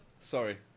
Sorry